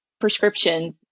prescriptions